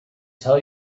tell